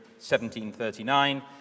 1739